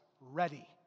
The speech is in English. ready